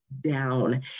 down